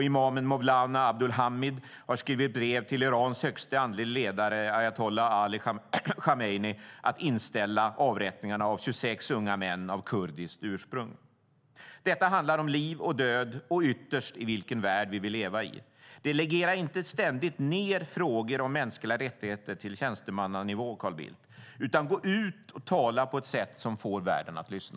Imamen Mowlana Abdulhamid har skrivit brev till Irans högste andliga ledare ayatolla Ali Khameini om att ställa in avrättningarna av 26 unga män av kurdiskt ursprung. Detta handlar om liv och död och ytterst om vilken värld vi vill leva i. Delegera inte ständigt ned frågor om mänskliga rättigheter till tjänstemannanivå, Carl Bildt, utan gå ut och tala på ett sätt som får världen att lyssna!